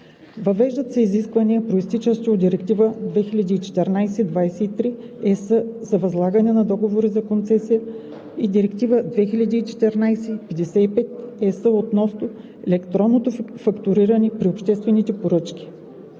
Въвеждат се изисквания, произтичащи от Директива 2014/23/ЕС за възлагане на договори за концесия и Директива 2014/55/ЕС относно електронното фактуриране при обществените поръчки.